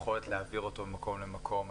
ביכולת להעביר אותו ממקום למקום.